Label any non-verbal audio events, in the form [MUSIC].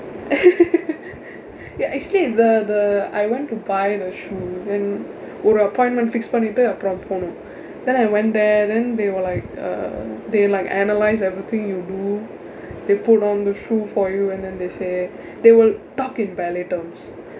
[LAUGHS] ya actually the the I went to buy the shoe then ஒரு:oru appointment fix பண்ணிட்டு அப்புறம் போனும்:pannitdu appuram ponum then I went there then they were like eh they like analyse everything you do they put on the shoe for you and then they say they will talk in ballet terms